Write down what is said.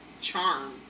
charm